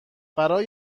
برای